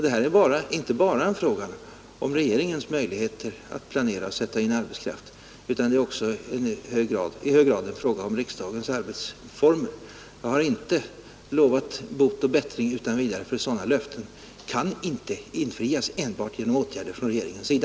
Det här är inte bara en fråga om regeringens möjligheter att planera och sätta in arbetakraft, utan det är också i hög grad en fråga om riksdagens arbetsformer. Jag har inte lovat bot och bättring utan vidare, eftersom sådana löften inte kan infrias enbart genom åtgärder från regeringens sida.